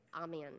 Amen